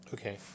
Okay